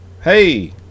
Hey